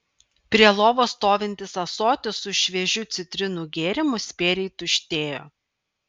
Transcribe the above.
prie lovos stovintis ąsotis su šviežiu citrinų gėrimu spėriai tuštėjo